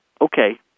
Okay